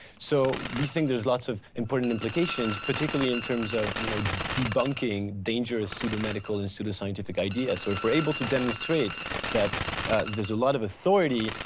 so we think there's lots of important implications, particularly in terms of, you know debunking, dangerous pseudo medical and pseudo scientific idea. so if we're able to demonstrate that there's a lot of authority,